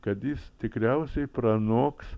kad jis tikriausiai pranoks